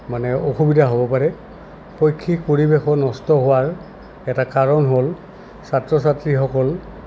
মানে অসুবিধা হ'ব পাৰে শৈক্ষিক পৰিৱেশ নষ্ট হোৱাৰ এটা কাৰণ হ'ল ছাত্ৰ ছাত্ৰীসকল